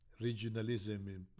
regionalism